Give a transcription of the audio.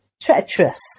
treacherous